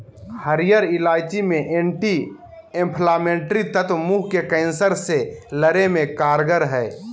हरीयर इलायची मे एंटी एंफलामेट्री तत्व मुंह के कैंसर से लड़े मे कारगर हई